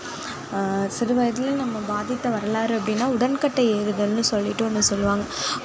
சிறு வயதில் நம்மளை பாதித்த வரலாறு அப்படினா உடன்கட்டை ஏறுதல் சொல்லிட்டு ஒன்று சொல்லுவாங்க